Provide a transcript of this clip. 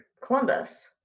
Columbus